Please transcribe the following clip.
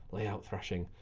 layout thrashing.